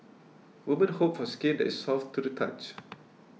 women hope for skin that soft to the touch